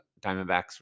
Diamondbacks